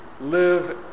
live